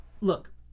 look